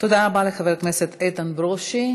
תודה רבה לחבר הכנסת איתן ברושי.